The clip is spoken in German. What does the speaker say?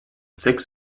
sechs